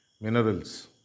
Minerals